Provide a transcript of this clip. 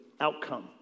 outcome